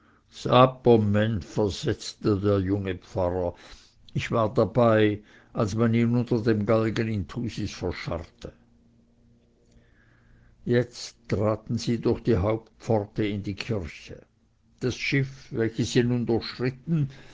sapperment versetzte der junge pfarrer ich war dabei als man ihn unter dem galgen in thusis verscharrte jetzt traten sie durch die hauptpforte in die kirche das schiff welches sie nun